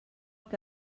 que